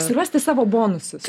surasti savo bonusus